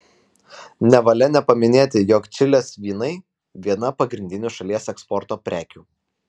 nevalia nepaminėti jog čilės vynai viena pagrindinių šalies eksporto prekių